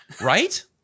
right